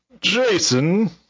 Jason